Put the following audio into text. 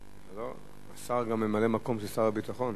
השר גם ממלא-מקום של שר הביטחון